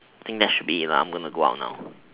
I think that should be it I'm going to go out now